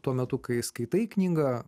tuo metu kai skaitai knygą